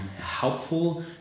helpful